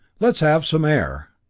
let's have some air.